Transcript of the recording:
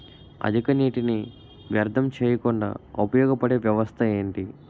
అధిక నీటినీ వ్యర్థం చేయకుండా ఉపయోగ పడే వ్యవస్థ ఏంటి